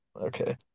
Okay